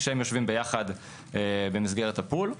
כשיושבים יחד במסגרת הפול.